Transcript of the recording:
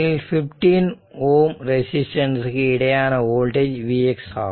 5t ampere ஆகும்